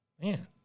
Man